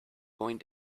going